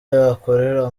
akorera